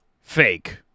Fake